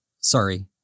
Sorry